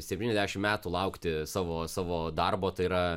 septyniasdešim metų laukti savo savo darbo tai yra